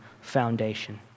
foundation